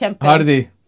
Hardy